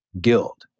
guild